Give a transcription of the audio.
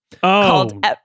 called